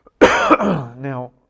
Now